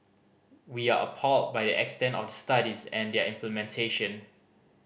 we are appalled by the extent of the studies and their implementation